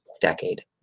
decade